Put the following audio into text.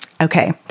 Okay